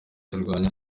zirwanya